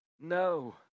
No